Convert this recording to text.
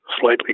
slightly